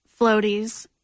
floaties